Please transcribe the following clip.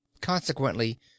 Consequently